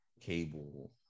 Cable